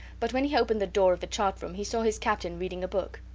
but when he opened the door of the chart-room he saw his captain reading a book.